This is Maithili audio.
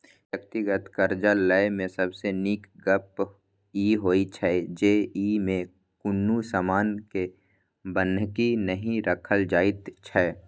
व्यक्तिगत करजा लय मे सबसे नीक गप ई होइ छै जे ई मे कुनु समान के बन्हकी नहि राखल जाइत छै